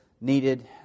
needed